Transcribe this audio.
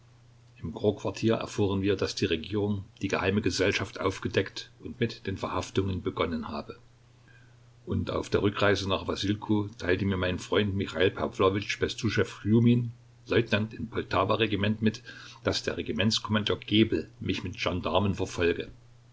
im korpsquartier erfuhren wir daß die regierung die geheime gesellschaft aufgedeckt und mit den verhaftungen begonnen habe und auf der rückreise nach wassilkow teilte mir mein freund michail pawlowitsch bestuschew rjumin leutnant im poltawa regiment mit daß der regimentskommandeur gebel mich mit gendarmen verfolge